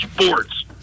sports